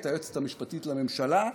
את היועצת המשפטית לממשלה,